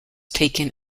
taken